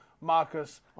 Marcus